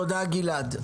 תודה, גלעד.